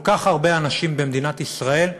לכל כך הרבה אנשים במדינת ישראל,